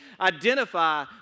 identify